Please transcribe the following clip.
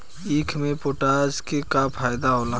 ईख मे पोटास के का फायदा होला?